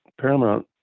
Paramount